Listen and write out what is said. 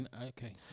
okay